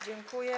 Dziękuję.